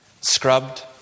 Scrubbed